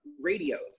radios